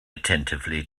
attentively